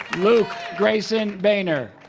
luke grayson behner